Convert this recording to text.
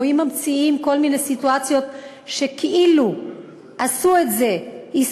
או אם ממציאים כל מיני סיטואציות שכאילו עשו את זה ישראלים,